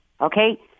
Okay